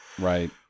Right